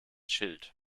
schild